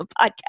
podcast